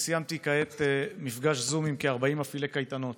סיימתי כעת מפגש זום עם כ-40 מפעילי קייטנות